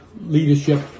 leadership